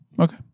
okay